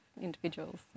individuals